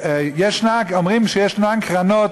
אומרים שיש קרנות